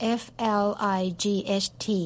flight